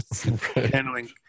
handling